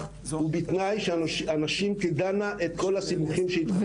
בתנאי שהנשים תדענה את כל הסיבוכים שעולים להיות.